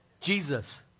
Jesus